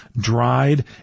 dried